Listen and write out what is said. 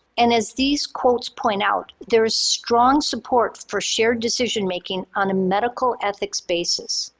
and as these quotes point out, there is strong support for shared decision-making on a medical ethics basis.